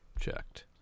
checked